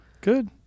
Good